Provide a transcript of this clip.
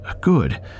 Good